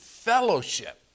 fellowship